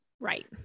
Right